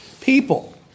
people